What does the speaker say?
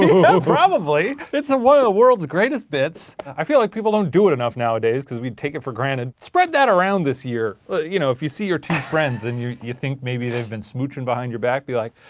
you know probably. it's one of the world's greatest bits. i feel like people don't do it enough nowadays cause we take it for granted. spread that around this year. you know if you see your two friends and you you think maybe they've been smoochin' behind your back, be like,